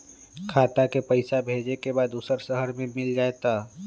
खाता के पईसा भेजेए के बा दुसर शहर में मिल जाए त?